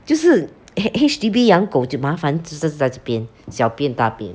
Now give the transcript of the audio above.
就是 H H_D_B 养狗就麻烦只是在这边小便大便